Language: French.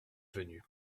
venu